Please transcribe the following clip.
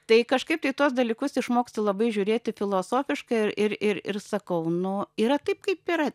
tai kažkaip tai į tuos dalykus išmoksti labai žiūrėti filosofiškai ir ir ir sakau nu yra taip kaip yra